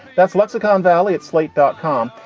that's lexicon valley at slate dot com.